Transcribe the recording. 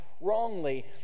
wrongly